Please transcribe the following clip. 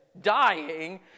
dying